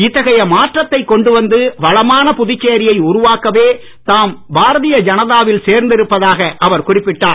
இத்தகைய மாற்றத்தைக் கொண்டு வந்து வளமான புதுச்சேரியை உருவாக்கவே தாம் பாரதீய ஜனதாவில் சேர்ந்திருப்பதாகவும் அவர் குறிப்பிட்டார்